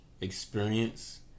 experience